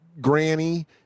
Granny